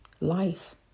Life